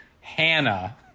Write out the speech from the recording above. Hannah